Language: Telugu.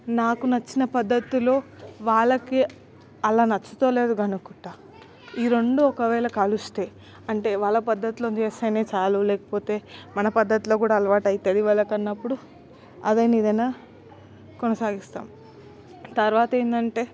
నాకు నచ్చిన పద్దతిలో వాళ్ళకి అలా నచ్చుద్దో లేదో గనుక్కుంటా ఈ రెండు ఒకవేళ కలుస్తే అంటే వాళ్ళ పద్దతిలో చేస్తేనే చాలు లేకపోతే మన పద్దతిలో కూడా అలవాటయితది వాళ్ళకన్నప్పుడు అదయిన ఇదయిన కొనసాగిస్తాం తర్వాతేందంటే